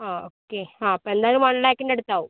ആ ഓക്കെ ആ അപ്പോൾ എന്തായാലും വൺ ലാക്കിനടുത്താകും